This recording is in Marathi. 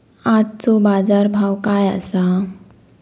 आजचो बाजार भाव काय आसा?